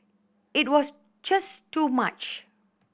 it was just too much